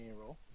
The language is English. roll